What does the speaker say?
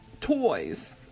toys